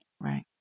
Right